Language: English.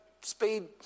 speed